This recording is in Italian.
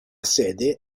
sede